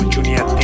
Junior